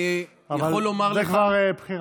אני יכול לומר לך, זאת כבר בחירה.